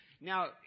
Now